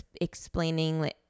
explaining